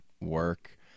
work